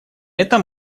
этом